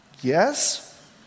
yes